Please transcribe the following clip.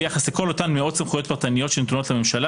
ביחס לכל אותן מאות סמכויות פרטניות שנתונות לממשלה,